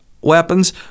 weapons